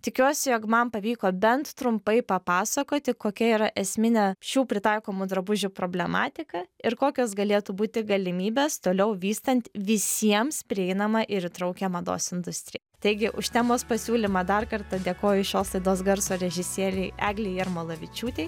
tikiuosi jog man pavyko bent trumpai papasakoti kokia yra esminė šių pritaikomų drabužių problematika ir kokios galėtų būti galimybės toliau vystant visiems prieinamą ir įtraukią mados industriją taigi už temos pasiūlymą dar kartą dėkoju šios laidos garso režisierei eglei jarmolavičiūtei